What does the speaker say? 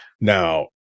now